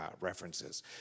references